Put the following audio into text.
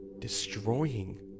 destroying